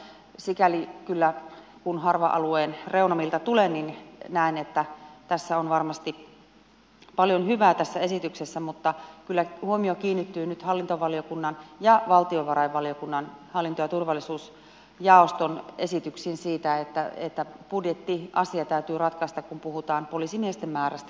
sikäli kyllä kun harva alueen reunamilta tulen näen että tässä esityksessä on varmasti paljon hyvää mutta kyllä huomio kiinnittyy nyt hallintovaliokunnan ja valtiovarainvaliokunnan hallinto ja turvallisuusjaoston esityksiin siinä että budjettiasia täytyy ratkaista kun puhutaan poliisimiesten määrästä kentällä